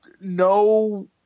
no